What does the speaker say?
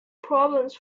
problems